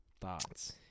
Thoughts